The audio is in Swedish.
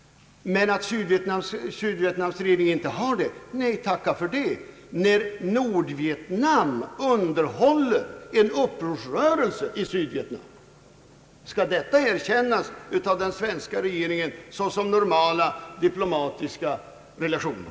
Men tacka för det att Sydvietnams regering inte har full kontroll, när Nordvietnam underhåller en upprorsrörelse i Sydvietnam. Skall detta erkännas av den svenska regeringen såsom normala diplomatiska relationer?